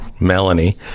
melanie